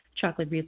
chocolate